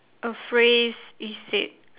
a phrase is said